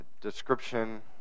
description